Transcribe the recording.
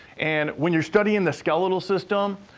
and when you're studying the skeletal system,